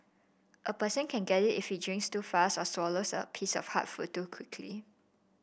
a person can get it if he drinks too fast or swallows a piece of hard food too quickly